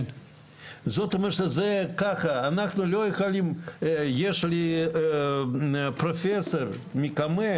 יש לי פרופסור מקמ"ע